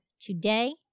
today